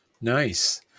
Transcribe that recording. nice